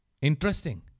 Interesting